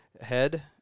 head